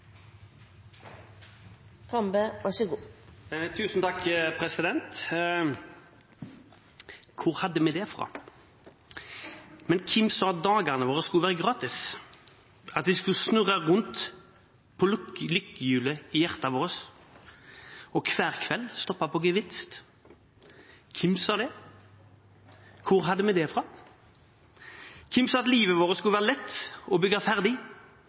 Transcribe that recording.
Hvor hadde vi det fra? «Men hvem sa at dagene våre skulle være gratis? At de skulle snurre rundt på lykkehjulet i hjertet vårt og hver kveld stoppe på gevinst? Hvem sa det? Hvor hadde vi dét fra? Hvem sa at livet vårt skulle være lett å bygge ferdig?